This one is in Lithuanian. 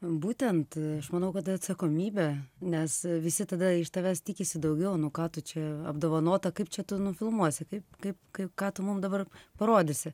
būtent aš manau kad atsakomybė nes visi tada iš tavęs tikisi daugiau nu ką tu čia apdovanota kaip čia tu nufilmuosi kaip kaip kai ką tu mum dabar parodysi